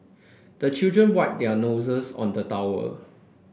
the children wipe their noses on the towel